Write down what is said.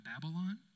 Babylon